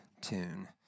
tune